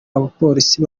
abapolisi